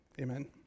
Amen